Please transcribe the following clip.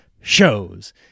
Shows